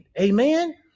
Amen